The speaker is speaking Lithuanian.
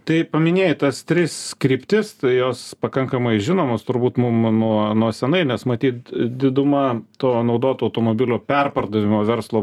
tai paminėjai tas tris kryptis tai jos pakankamai žinomos turbūt mum nuo senai nes matyt didumą to naudotų automobilių perpardavimo verslo